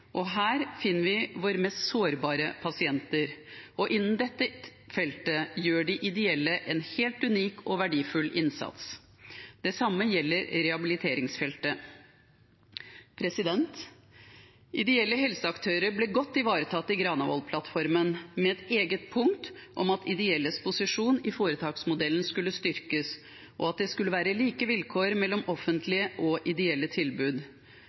Her finner vi våre mest sårbare pasienter. Innen dette feltet gjør de ideelle en helt unik og verdifull innsats. Det samme gjelder rehabiliteringsfeltet. Ideelle helseaktører ble godt ivaretatt i Granavolden-plattformen, med et eget punkt om at ideelles posisjon i foretaksmodellen skulle styrkes, og at det skulle være like vilkår for offentlige og ideelle tilbud. Det jobbes aktivt for at det offentlige ikke bygger og utvikler konkurrerende tilbud